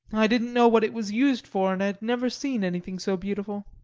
i didn't know what it was used for and i had never seen anything so beautiful.